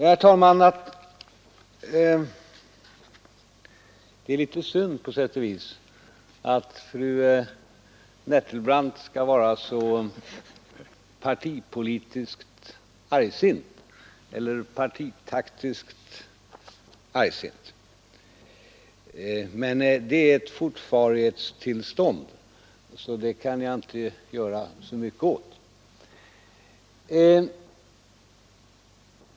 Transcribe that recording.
Herr talman! På sätt och vis är det litet synd att fru Nettelbrandt skall vara så partitaktiskt argsint, men det är ett fortfarighetstillstånd som jag inte kan göra så mycket åt.